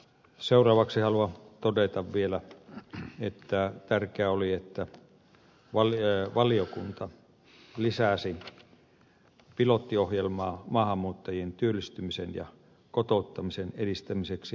seuraavaksi haluan todeta vielä että tärkeää oli että valiokunta lisäsi pilottiohjelmaan maahanmuuttajien työllistymisen ja kotouttamisen edistämiseksi miljoona euroa